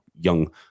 young